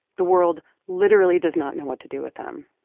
the world literally does not know what to do with them.